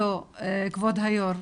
כבוד היו"ר,